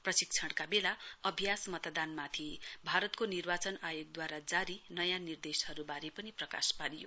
पर्शिक्षणका वेला अभ्यास मतदानमाथि भारतको निर्वाचन आयोगद्वारा जारी नया निर्देशहरूबारे पनि प्रकाश पारियो